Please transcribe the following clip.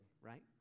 right